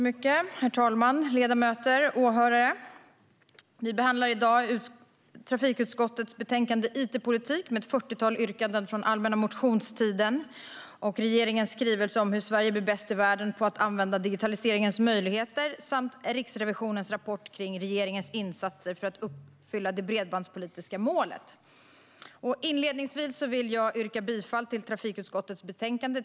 Herr talman! Ledamöter, åhörare! Vi behandlar i dag trafikutskottets betänkande It-politik med ett 40-tal yrkanden från allmänna motionstiden, regeringens skrivelse Hur Sverige blir bäst i världen på att använda digitaliseringens möjligheter och Riksrevisionens rapport kring regeringens insatser för att uppfylla det bredbandspolitiska målet. Inledningsvis vill jag yrka bifall till utskottets förslag i TU9.